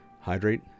Hydrate